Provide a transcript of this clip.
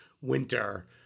winter